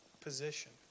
position